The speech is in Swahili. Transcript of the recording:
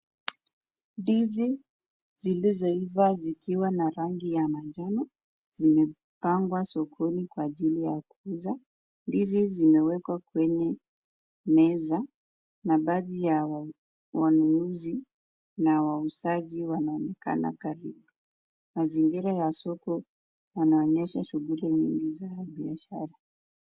Ndizi zilizoiva zikiwa na rangi ya manjano zimepangwa sokoni kwa ajili ya kuuzwa. Ndizi zimewekwa kwenye meza na baadhi ya wanunuzi na wauzaji wanaonekana karibu. Mazingira ya soko yanaonyesha shughuli nyingi za biashara.